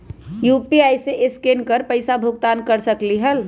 UPI से scan कर पईसा भुगतान कर सकलीहल?